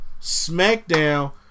SmackDown